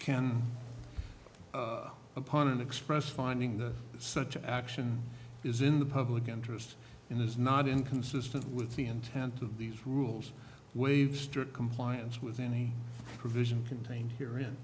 can upon an express finding that such action is in the public interest in this is not inconsistent with the intent of these rules waive strict compliance with any provision contained here in